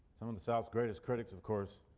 some of the south's greatest critics, of course,